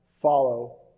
Follow